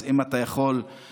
אז אם אתה יכול לעזור.